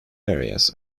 areas